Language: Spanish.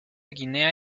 guinea